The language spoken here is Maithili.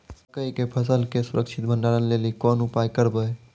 मकई के फसल के सुरक्षित भंडारण लेली कोंन उपाय करबै?